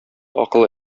акылы